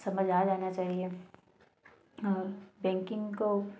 समझ आ जाना चाहिए और बैंकिंग को